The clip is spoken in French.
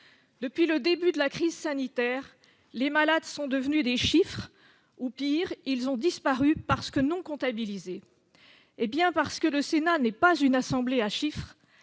Depuis le début de la crise sanitaire, les malades sont devenus des chiffres ou, pire, ont disparu parce que non comptabilisés. Le Sénat n'étant pas une assemblée à chiffres,